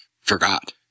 forgot